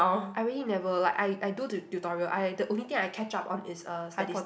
I really never like I I do tu~ tutorial I the only thing I catch up on is uh statis~